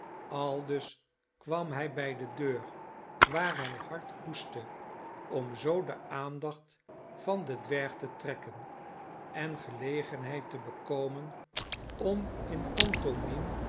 aldus kwam hij bij de deur waar hij hard hoestte om zoo de aandacht van den dwerg te trekken en gelegenheid te bekomen om in